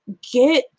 get